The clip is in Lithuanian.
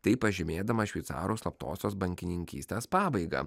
taip pažymėdama šveicarų slaptosios bankininkystės pabaigą